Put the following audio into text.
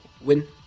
win